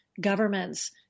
governments